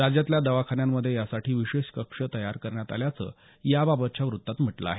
राज्यातल्या दवाखान्यांमध्ये या साठी विशेष कक्ष तयार करण्यात आल्याचं या बाबतच्या वृतात म्हटलं आहे